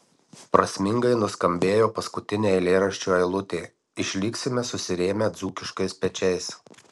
prasmingai nuskambėjo paskutinė eilėraščio eilutė išliksime susirėmę dzūkiškais pečiais